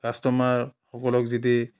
কাষ্টমাৰসকলক যদি